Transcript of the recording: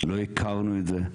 לא הכרנו את זה.